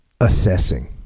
assessing